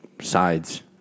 sides